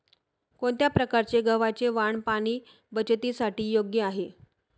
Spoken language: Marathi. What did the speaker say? कोणत्या प्रकारचे गव्हाचे वाण पाणी बचतीसाठी योग्य आहे?